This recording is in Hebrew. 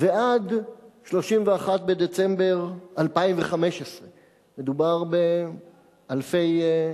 ועד 31 בדצמבר 2015. מדובר באלפי,